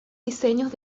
diseños